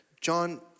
John